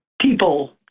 people